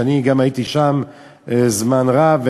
הייתי שם זמן רב,